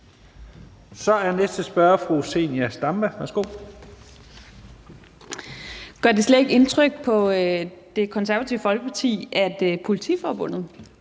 Stampe. Værsgo. Kl. 16:27 Zenia Stampe (RV): Gør det slet ikke indtryk på Det Konservative Folkeparti, at Politiforbundet